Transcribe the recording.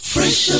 Fresh